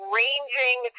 ranging